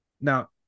Now